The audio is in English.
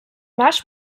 match